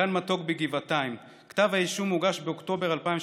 גן מתוק בגבעתיים, כתב האישום הוגש באוקטובר 2018,